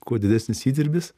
kuo didesnis įdirbis